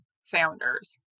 sounders